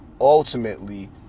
ultimately